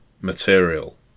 material